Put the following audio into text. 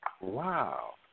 wow